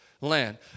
Land